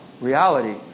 Reality